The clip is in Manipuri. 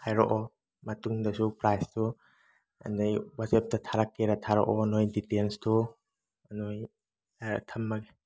ꯍꯥꯏꯔꯛꯑꯣ ꯃꯇꯨꯡꯗꯁꯨ ꯄ꯭ꯔꯥꯏꯖꯇꯣ ꯑꯗꯩ ꯋꯥꯆꯦꯞꯇ ꯊꯥꯔꯛꯀꯦꯔꯥ ꯊꯥꯔꯛꯑꯣ ꯅꯣꯏ ꯗꯤꯇꯦꯜꯁꯇꯨ ꯅꯣꯏ ꯌꯥꯔꯦ ꯊꯝꯃꯒꯦ